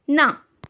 ना